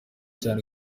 cyane